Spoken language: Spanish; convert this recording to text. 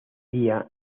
día